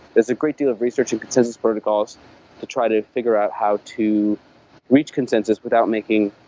there's a great deal of research and consensus protocols to try to figure out how to reach consensus without making,